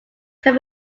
can